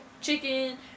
chicken